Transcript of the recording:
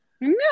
No